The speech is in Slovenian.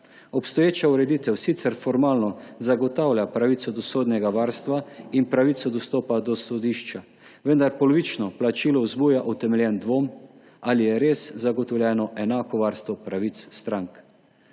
Obstoječa ureditev sicer formalno zagotavlja pravico do sodnega varstva in pravico dostopa do sodišča, vendar polovično plačilo vzbuja utemeljen dvom, ali je res zagotovljeno enako varstvo pravic strank.